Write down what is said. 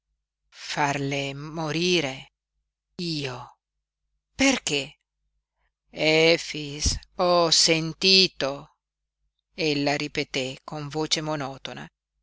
farle morire io perché efix ho sentito ella ripeté con voce monotona